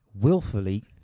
willfully